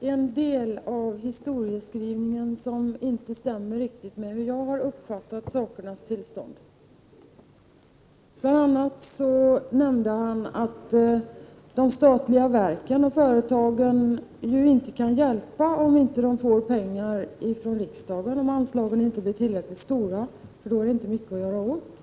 en del av historieskrivningen stämmer inte riktigt med hur jag har uppfattat sakernas tillstånd. Bl.a. nämnde han att de statliga verken och företagen inte ansvarar för att de inte får tillräckligt med pengar från riksdagen. Då är det inte mycket att göra åt.